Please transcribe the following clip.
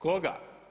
Koga?